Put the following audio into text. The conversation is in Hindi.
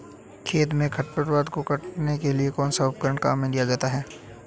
खेत में खरपतवार को काटने के लिए कौनसा उपकरण काम में लिया जाता है?